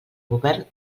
govern